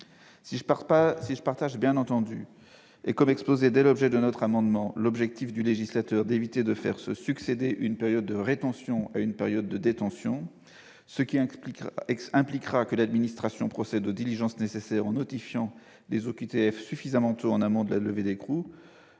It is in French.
Si je partage, bien entendu, l'objectif du législateur d'éviter de faire se succéder une période de rétention à une période de détention, ce qui implique que l'administration procède aux diligences nécessaires en notifiant les OQTF suffisamment tôt en amont de la levée d'écrou,